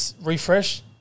refresh